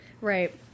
right